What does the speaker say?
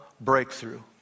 breakthrough